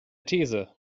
these